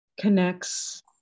connects